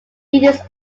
leaders